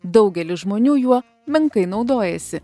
daugelis žmonių juo menkai naudojasi